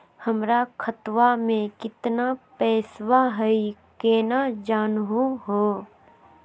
हमर खतवा मे केतना पैसवा हई, केना जानहु हो?